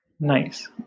Nice